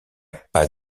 pas